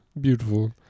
beautiful